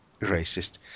racist